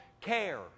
care